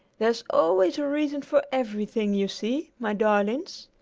there's always a reason for everything, you see, my darlings.